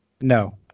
No